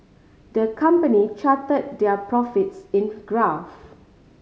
the company chart their profits in graph